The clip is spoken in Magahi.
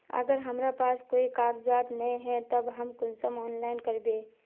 अगर हमरा पास कोई कागजात नय है तब हम कुंसम ऑनलाइन करबे?